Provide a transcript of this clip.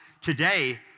today